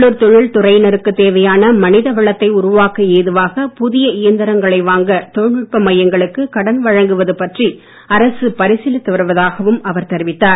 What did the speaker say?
உள்ளூர் தொழில் துறையினருக்குத் தேவையான மனித வளத்தை உருவாக்க ஏதுவாக புதிய இயந்திரங்களை வாங்க தொழில்நுட்ப மையங்களுக்கு கடன் வழங்குவது பற்றி அரசு பரிசீலித்து வருவதாகவும் அவர் தெரிவித்தார்